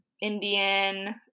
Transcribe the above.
Indian